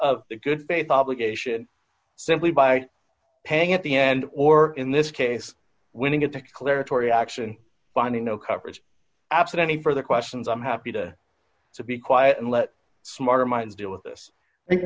of the good faith obligation simply by paying at the end or in this case winning it declaratory action finding no coverage absent any further questions i'm happy to to be quiet and let smarter minds deal with this i